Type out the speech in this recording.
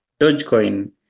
Dogecoin